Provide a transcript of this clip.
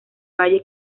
valle